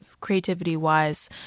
creativity-wise